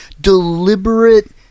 deliberate